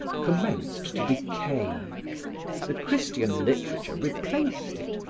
commenced to decay the christian literature replaced it,